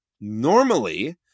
normally